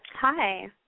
Hi